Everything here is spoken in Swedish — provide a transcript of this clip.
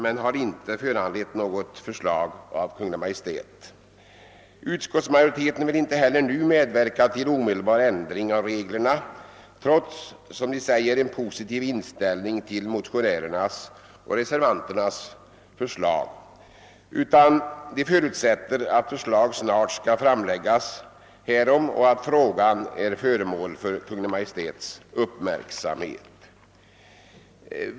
men har inte föranlett något förslag av Kungl. Maj:t. Utskottsmajoriteten vill inte heller nu medverka till någon omedelbar ändring av reglerna trots, som man säger, en positiv inställning till motionärernas och reservanternas förslag. Man förutsätter att förslag snart skall komma att framläggas härom och att frågan är. föremål för Kungl. Maj:ts uppmärksamhet.